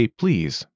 please